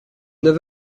neuf